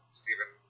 stephen